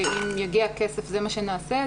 ואם יגיע הכסף זה מה שנעשה,